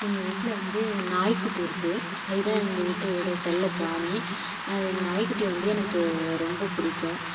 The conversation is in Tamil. எங்கள் வீட்டில் வந்து நாய் குட்டி இருக்குது அதுதான் எங்கள் வீட்டோட செல்லப்பிராணி நாய்க்குட்டி வந்து எனக்கு ரொம்ப பிடிக்கும்